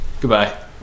Goodbye